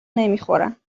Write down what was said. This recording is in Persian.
نمیخورن